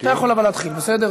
אבל אתה יכול להתחיל, בסדר?